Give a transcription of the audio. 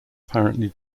apparently